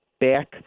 back